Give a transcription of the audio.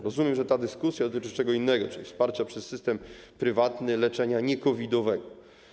Rozumiem, że ta dyskusja dotyczy czego innego, czyli wsparcia przez system prywatny leczenia nie-COVID-owego.